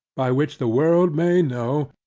by which the world may know,